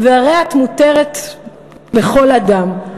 והרי את מותרת לכל אדם".